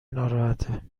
ناراحته